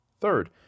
Third